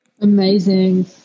Amazing